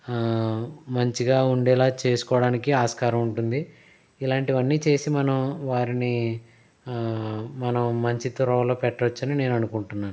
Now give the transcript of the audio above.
మంచిగా ఉండేలా చేసుకోవడానికి ఆస్కారం ఉంటుంది ఇలాంటివన్నీ చేసి మనం వారిని మనం మంచి త్రోవలో పెట్టొచ్చు అని నేను అనుకుంటున్నాను